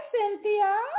Cynthia